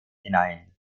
hinein